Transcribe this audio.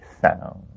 sound